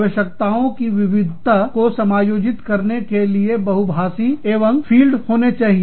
आवश्यकताओं की विविधता को समायोजित करने के लिए बहुभाषी एवं क्षेत्रफील्ड होने चाहिए